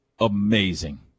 Amazing